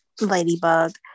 Ladybug